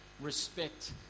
respect